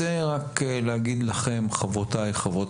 אני רוצה להגיד לכם חברותיי חברות